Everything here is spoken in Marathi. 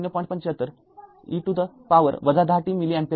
७५ e to the power १० t milliampere मिळेल